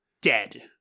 dead